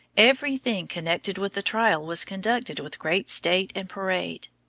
every thing connected with the trial was conducted with great state and parade.